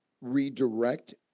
redirect